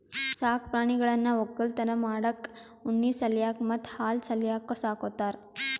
ಸಾಕ್ ಪ್ರಾಣಿಗಳನ್ನ್ ವಕ್ಕಲತನ್ ಮಾಡಕ್ಕ್ ಉಣ್ಣಿ ಸಲ್ಯಾಕ್ ಮತ್ತ್ ಹಾಲ್ ಸಲ್ಯಾಕ್ ಸಾಕೋತಾರ್